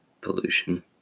pollution